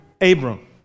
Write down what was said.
Abram